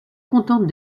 contente